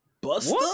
Buster